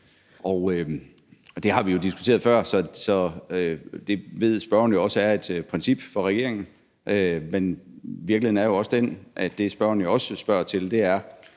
Det har vi jo diskuteret før, så det ved spørgeren også er et princip for regeringen. Men virkeligheden er jo også den, at det, spørgeren også spørger til, er,